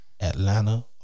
Atlanta